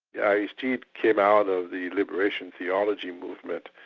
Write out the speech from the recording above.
yeah aristide came out of the liberation theology movement,